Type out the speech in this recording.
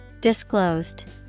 Disclosed